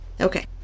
Okay